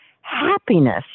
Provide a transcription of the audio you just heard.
happiness